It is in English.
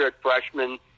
freshman